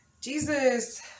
Jesus